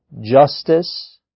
justice